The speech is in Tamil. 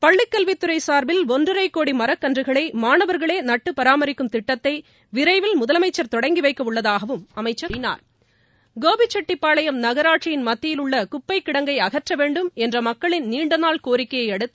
பள்ளிக்கல்வித் துறை சார்பில் ஒன்றரை கோடி மரக்கன்றுகளை மாணவர்களே நட்டு பராமரிக்கும் திட்டத்தை விரைவில் முதலமைச்சர் தொடங்கிவைக்க உள்ளதாகவும் அமைச்சர் கூறினார் கோபிச்செட்டிப்பாளையம் நகராட்சியின் மத்தியிலுள்ள குப்பைக் கிடங்கை அகற்ற வேண்டும் என்ற மக்களின் நீண்ட நாள் கோரிக்கையை அடுத்து